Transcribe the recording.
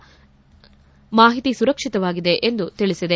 ಎಲ್ಲ ಮಾಹಿತಿ ಸುರಕ್ಷಿತವಾಗಿದೆ ಎಂದು ತಿಳಿಸಿದೆ